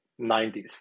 90s